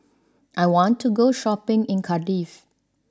I want to go shopping in Cardiff